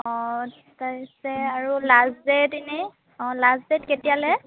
অঁ তাৰপিছে আৰু লাষ্ট ডেট এনেই অঁ লাষ্ট ডেট কেতিয়া লৈ